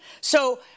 So-